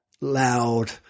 loud